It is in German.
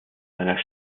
einer